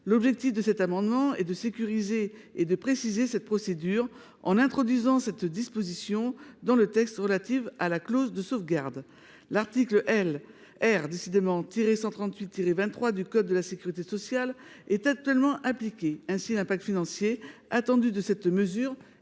L’objectif de cet amendement est de sécuriser et de préciser la procédure en introduisant cette disposition dans le texte relatif à la clause de sauvegarde. L’article R. 138 23 du code de la sécurité sociale étant d’ores et déjà appliqué, l’impact financier attendu de cette mesure est